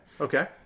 Okay